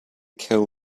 kill